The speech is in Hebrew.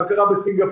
מה קרה בסינגפור,